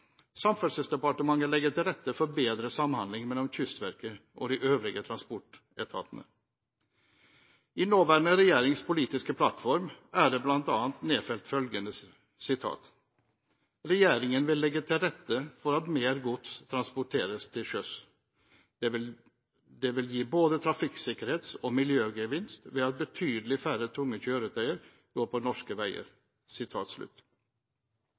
legger til rette for bedre samhandling mellom Kystverket og de øvrige transportetatene.» I den nåværende regjeringens politiske plattform er det bl.a. nedfelt følgende: «Regjeringen vil legge til rette for at mer gods transporteres til sjøs. Det vil gi både trafikksikkerhets- og miljøgevinst, ved at betydelig færre tunge kjøretøy kjører på norske veier.»